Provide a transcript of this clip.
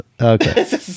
okay